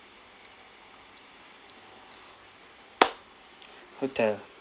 hotel